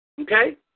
okay